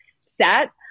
set